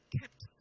kept